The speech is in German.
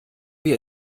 wir